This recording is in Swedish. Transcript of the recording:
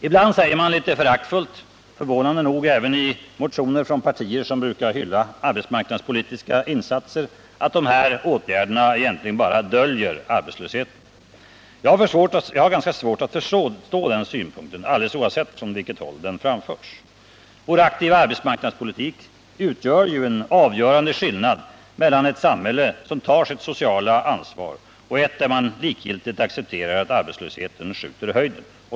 Ibland säger man litet föraktfullt — förvånande nog även i motioner från partier som brukar hylla arbetsmarknadspolitiska insatser — att dessa åtgärder egentligen bara döljer arbetslösheten. Jag har ganska svårt att förstå den synpunkten, alldeles oavsett från vilket håll den framförs. Vår aktiva arbetsmarknadspolitik utgör ju en avgörande skillnad mellan ett samhälle som tar sitt sociala ansvar och ett där man likgiltigt accepterar att arbetslösheten skjuter i höjden.